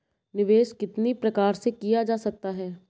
निवेश कितनी प्रकार से किया जा सकता है?